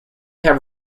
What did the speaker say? have